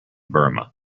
burma